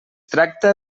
tracta